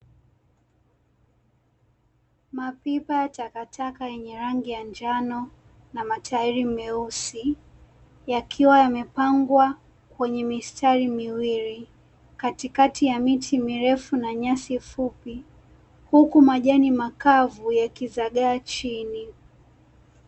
Mapipa ya takataka yenye rangi ya njano na matairi meusi yakiwa yamepangwa kwenye mistari miwili katikati ya miti mirefu na nyasi fupi huku majani makavu yakizagaa chini .